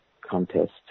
contest